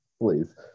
Please